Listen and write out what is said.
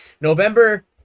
November